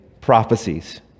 prophecies